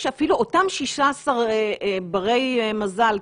יש אפילו אותם 16 ברי מזל,